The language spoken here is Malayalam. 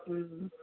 മ്മ്